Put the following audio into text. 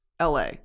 LA